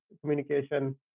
communication